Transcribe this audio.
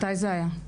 מתי זה היה?